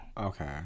Okay